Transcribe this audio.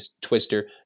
twister